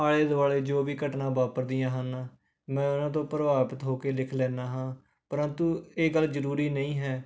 ਆਲ਼ੇ ਦੁਆਲੇ ਜੋ ਵੀ ਘਟਨਾ ਵਾਪਰਦੀਆਂ ਹਨ ਮੈਂ ਉਨ੍ਹਾਂ ਤੋਂ ਪ੍ਰਭਾਵਿਤ ਹੋ ਕੇ ਲਿਖ ਲੈਂਦਾ ਹਾਂ ਪ੍ਰੰਤੂ ਇਹ ਗੱਲ ਜਰੂਰੀ ਨਹੀਂ ਹੈ